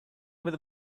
with